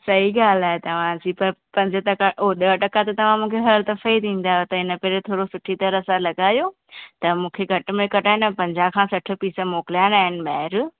सही ॻाल्हि आहे तव्हांजी पर पंज टका उहो ॾह टका त तव्हां मूंखे हर दफ़े ई ॾिंदा आहियो त इनभेरे थोरो सुठी तरह सां लॻायो त मूंखे घटि में घटि आहे न पंजा खां सठि पिस मोकिलाइणा आहिनि ॿाहिरि